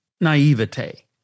naivete